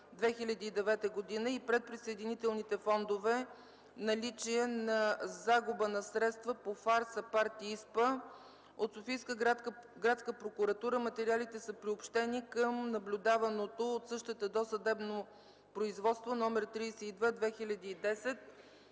2009 г. и Предприсъединителните фондове – наличие на загуба на средства по ФАР, САПАРД и ИСПА, от Софийска градска прокуратура, материалите са приобщени към наблюдаваното от същата досъдебно производство № 32/2010